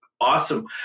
awesome